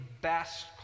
best